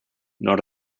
not